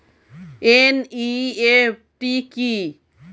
NEFT কি?